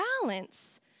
balance